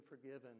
forgiven